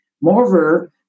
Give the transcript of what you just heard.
Moreover